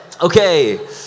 okay